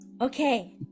Okay